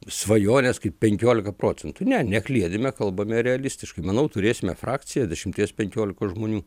svajones kaip penkiolika procentų ne nekliedime kalbame realistiškai manau turėsime frakciją dešimties penkiolikos žmonių